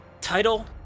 title